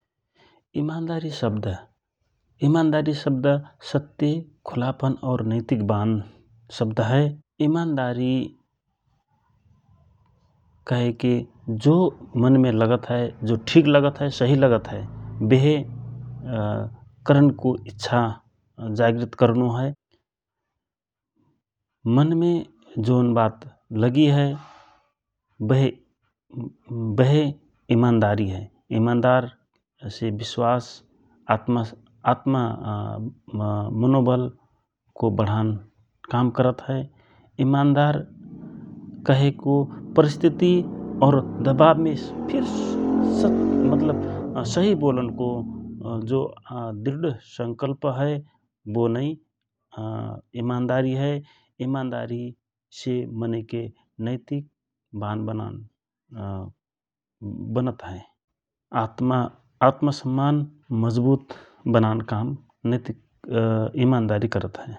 इमान्दारी शब्द, इमान्दारी शब्द सत्य खुलापन और नैतिकवान शब्द हए । इमान्दारी कहेक जो मनमे लगत हए ठिक लगत हए बहे करनको इच्छा जगृत करनो हए । मनमे जौन बात लगि हए बहे ,बहे इमान्दारी हए, इमान्दारी से विश्वास, आत्म मनोवल को बढान काम करत हए । इमान्दार कहेको प्रस्थिति और दवाव मे फिर सत्य बोलनको दृड संकल्प हए बो नै इमान्दारी हए । इमान्दारी से मनैके नैतिकवान बनत हए । आत्म आत्मा सम्मान मजबुत बनान काम नौतिक इमान्दारी करत हए ।